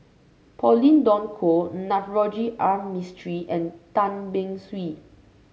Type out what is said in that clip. Pauline Dawn Loh Navroji R Mistri and Tan Beng Swee